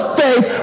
faith